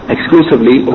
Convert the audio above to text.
Exclusively